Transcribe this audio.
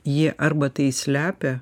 jie arba tai slepia